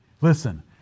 listen